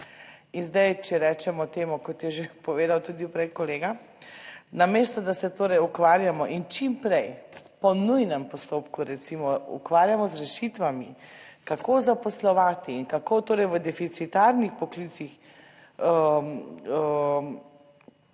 In zdaj, če rečemo temu, kot je že povedal tudi prej kolega, namesto, da se torej ukvarjamo in čim prej, po nujnem postopku, recimo, ukvarjamo z rešitvami kako zaposlovati in kako torej v deficitarnih poklicih